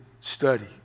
study